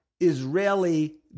Israeli